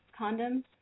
condoms